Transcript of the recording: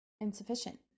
insufficient